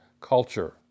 culture